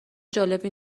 جالبی